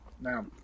Now